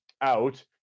out